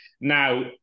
Now